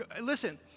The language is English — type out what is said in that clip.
Listen